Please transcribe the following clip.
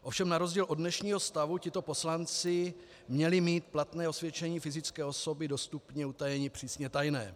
Ovšem na rozdíl od dnešního stavu tito poslanci měli mít platné osvědčení fyzické osoby do stupně utajení přísně tajné.